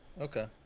Okay